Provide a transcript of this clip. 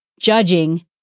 Judging